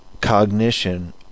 cognition